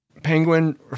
Penguin